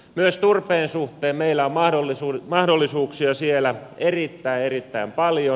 myös turpeen suhteen meillä on mahdollisuuksia erittäin erittäin paljon